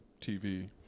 TV